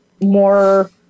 more